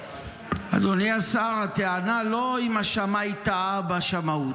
אדוני השר, הטענה היא לא אם השמאי טעה בשמאות.